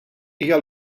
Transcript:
hija